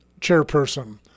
chairperson